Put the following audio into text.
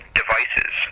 devices